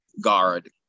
guard